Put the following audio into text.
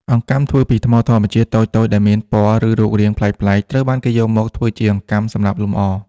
អង្កាំធ្វើពីថ្មធម្មជាតិ តូចៗដែលមានពណ៌ និងរូបរាងប្លែកៗ ត្រូវបានគេយកមកធ្វើជាអង្កាំសម្រាប់លម្អ។